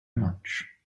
much